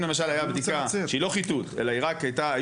אם למשל היה בדיקה שהיא לא חיטוט אלא היו